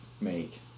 make